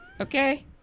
okay